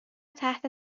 تحت